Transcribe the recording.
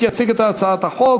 יציג את הצעת החוק